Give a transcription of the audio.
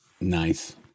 nice